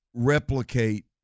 Replicate